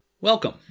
Welcome